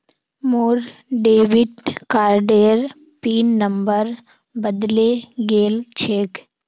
मोर डेबिट कार्डेर pin number बदले गेल छेक